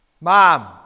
mom